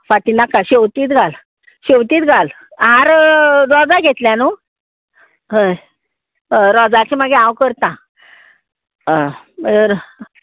फांती नाका शेंवतीच घाल शेवतीच घाल हार रोजां घेतल्या न्हू हय हय रोजाचें मागीर हांव करतां हय